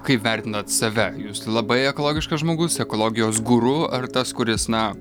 kaip vertinat save jūs labai ekologiškas žmogus ekologijos guru ar tas kuris na